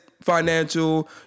Financial